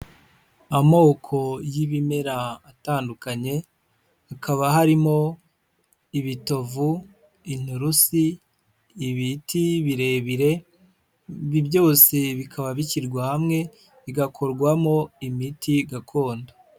Amoko y'ibimera atandukanye, hakaba harimo ibitovu, inturusi, ibiti birebire, ibi byose bikaba bishyirwa hamwe bigakorwamo imiti gakondo.